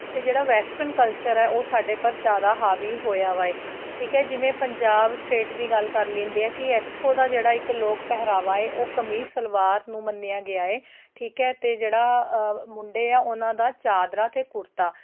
ਅਤੇ ਜਿਹੜਾ western culture ਹੈ ਉਹ ਸਾਡੇ ਪਰ ਜ਼ਿਆਦਾ ਹਾਵੀ ਹੋਇਆ ਵਾ ਏ ਠੀਕ ਹੈ ਜਿਵੇਂ ਪੰਜਾਬ ਸਟੇਟ ਦੀ ਗੱਲ ਕਰ ਲੈਂਦੇ ਹੈ ਕਿ ਇੱਥੋਂ ਦਾ ਜਿਹੜਾ ਇੱਕ ਲੋਕ ਪਹਿਰਾਵਾ ਏ ਉਹ ਕਮੀਜ ਸਲਵਾਰ ਨੂੰ ਮੰਨਿਆ ਗਿਆ ਏ ਠੀਕ ਹੈ ਅਤੇ ਜਿਹੜਾ ਮੁੰਡੇ ਹੈ ਉਨ੍ਹਾਂ ਦਾ ਚਾਦਰਾ ਅਤੇ ਕੁੜਤਾ